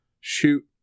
shoot